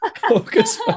focus